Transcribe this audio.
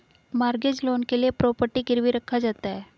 mortgage loan के लिए property गिरवी रखा जाता है